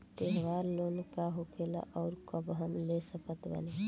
त्योहार लोन का होखेला आउर कब हम ले सकत बानी?